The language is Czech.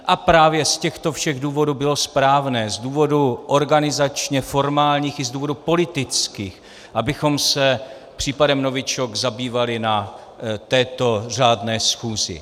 A právě z těchto všech důvodů bylo správné, z důvodů organizačně formálních i z důvodů politických, abychom se případem novičok zabývali na této řádné schůzi.